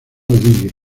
league